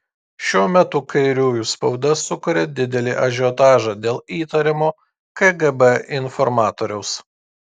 šiuo metu kairiųjų spauda sukuria didelį ažiotažą dėl įtariamo kgb informatoriaus